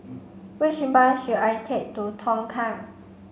which bus should I take to Tongkang